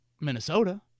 Minnesota